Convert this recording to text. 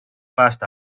past